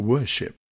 Worship